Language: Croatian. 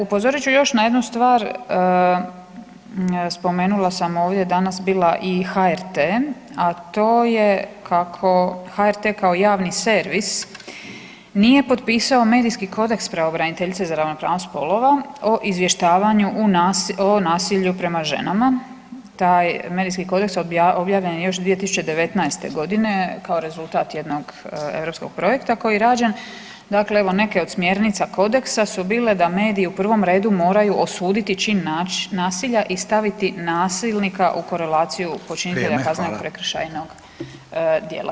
Upozorit ću još na jednu stvar, spomenula sam ovdje danas bila i HRT, a to je kako HRT kao javni servis nije potpisao Medijski kodeks pravobraniteljice za ravnopravnost spolova o izvještavanju o nasilju prema ženama, taj medijski kodeks je obavljen je još 2019. g. kao rezultat jednog europskog projekta koji je rađen, dakle evo, neke od smjernica Kodeksa su bile da mediji u prvom redu moraju osuditi čin nasilja i staviti nasilnika u korelaciju počinitelja [[Upadica: Vrijeme.]] kaznenoprekršajnog djela.